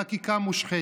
בחקיקה מושחתת,